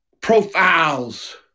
profiles